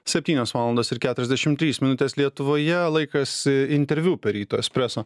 septynios valandos ir keturiasdešim trys minutės lietuvoje laikas interviu ryto espreso